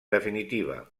definitiva